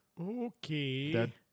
Okay